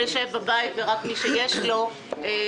למעלה ממיליון ילדים ישבו בבית ורק מי שיש לו ויש